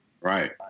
Right